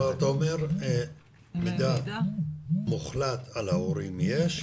אתה אומר שמידע מוחלט על ההורים יש,